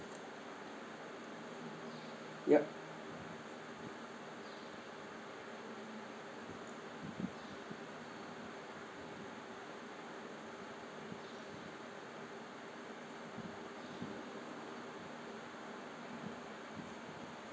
yup